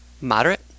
moderate